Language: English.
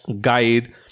guide